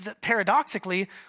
paradoxically